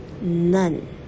None